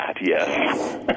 yes